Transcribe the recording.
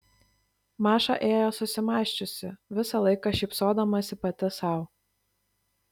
maša ėjo susimąsčiusi visą laiką šypsodamasi pati sau